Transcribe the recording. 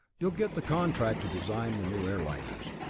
you'll get the contract to design the new airliners.